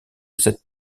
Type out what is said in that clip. cette